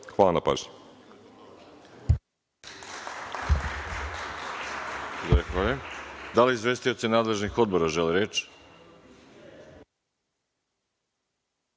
Hvala na pažnji.